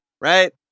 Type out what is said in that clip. right